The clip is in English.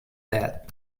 that